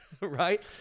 right